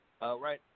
right